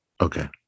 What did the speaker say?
okay